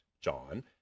John